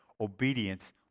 obedience